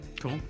Cool